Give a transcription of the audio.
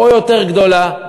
או יותר גדולה,